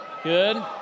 Good